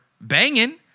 banging